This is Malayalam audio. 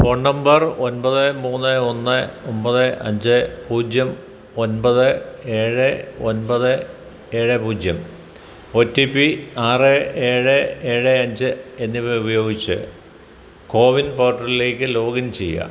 ഫോൺ നമ്പർ ഒൻപത് മൂന്ന് ഒന്ന് ഒൻപത് അഞ്ച് പൂജ്യം ഒൻപത് ഏഴ് ഒൻപത് ഏഴ് പൂജ്യം ഒ ടി പി ആറ് ഏഴ് ഏഴ് അഞ്ച് എന്നിവ ഉപയോഗിച്ച് കോവിൻ പോർട്ടലിലേക്ക് ലോഗിൻ ചെയ്യുക